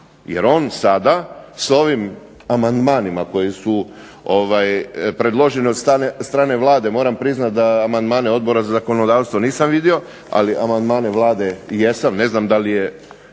jer on sada sa ovim amandmanima koji su predloženi od strane Vlade, moram priznati da amandmane Odbora za zakonodavstvo nisam vidio, ali amandmane jesam. Ne znam da li je